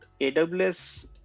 aws